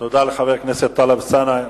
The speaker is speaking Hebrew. תודה לחבר הכנסת טלב אלסאנע.